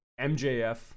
MJF